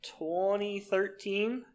2013